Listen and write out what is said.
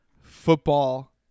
football